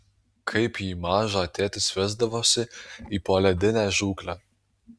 kaip jį mažą tėtis vesdavosi į poledinę žūklę